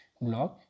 blog